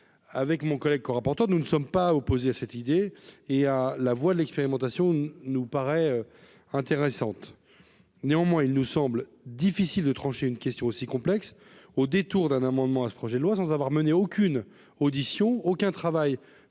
avec mon collègue, co-rapporteur, nous ne sommes pas opposés à cette idée et à la voix de l'expérimentation ne nous paraît intéressante, néanmoins, il nous semble difficile de trancher une question aussi complexe, au détour d'un amendement à ce projet de loi sans avoir mené aucune audition aucun travail